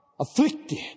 Afflicted